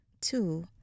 two